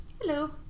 Hello